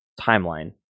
timeline